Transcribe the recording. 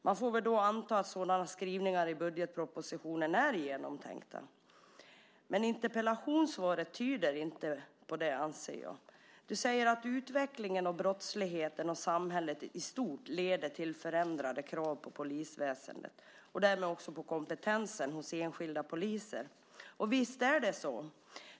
Man får väl då anta att sådana skrivningar i budgetpropositionen är genomtänkta, men interpellationssvaret tyder inte på det, anser jag. Du säger att utvecklingen av brottsligheten och samhället i stort leder till förändrade krav på polisväsendet och därmed också på kompetensen hos enskilda poliser, och visst är det så.